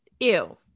Ew